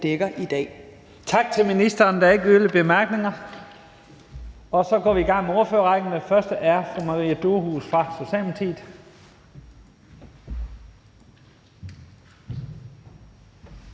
dækker i dag.